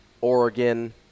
Oregon